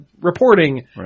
reporting